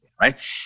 right